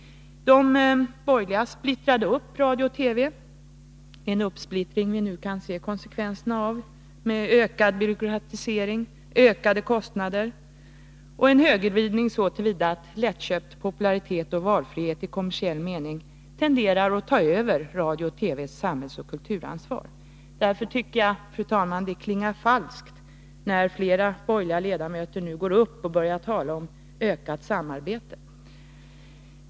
De borgerliga splittrade upp radio och TV — en uppsplittring som vi nu kan se konsekvenserna av med ökad byråkratisering, ökade kostnader och en högervridning så till vida att lättköpt popularitet och valfrihet i kommersiell mening tenderar att ta över Radio-TV:s samhällsoch kulturansvar. Därför tycker jag, fru talman, att det klingar falskt, när flera borgerliga ledamöter nu börjar tala om ökat samarbete.